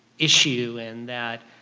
issue and that